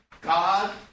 God